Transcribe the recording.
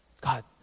God